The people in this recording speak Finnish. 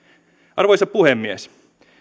arvoisa puhemies